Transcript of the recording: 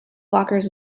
blockers